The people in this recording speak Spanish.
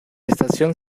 estación